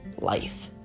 life